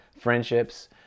friendships